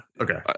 Okay